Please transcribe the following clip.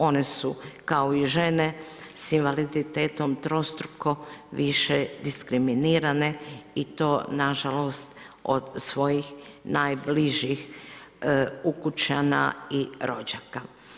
One su kao i žene s invaliditetom trostruko više diskriminirane i to nažalost od svojih najbližih ukućana i rođaka.